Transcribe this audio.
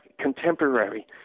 contemporary